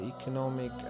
economic